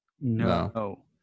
No